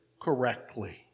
correctly